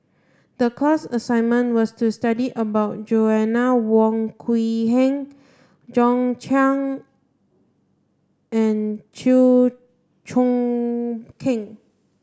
the class assignment was to study about Joanna Wong Quee Heng John and Chew Choo Keng